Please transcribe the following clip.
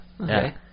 okay